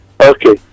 Okay